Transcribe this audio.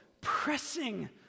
pressing